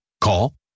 Call